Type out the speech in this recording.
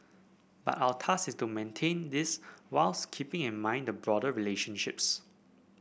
but our task is to maintain this whilst keeping in mind the broader relationships